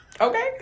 Okay